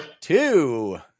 Two